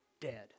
dead